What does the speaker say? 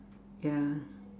ya